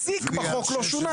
פסיק בחוק לא שוּנה.